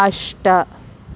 अष्ट